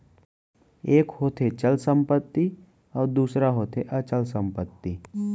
एक होथे चल संपत्ति अउ दूसर होथे अचल संपत्ति